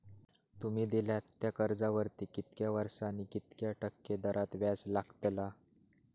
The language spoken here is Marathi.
तुमि दिल्यात त्या कर्जावरती कितक्या वर्सानी कितक्या टक्के दराने व्याज लागतला?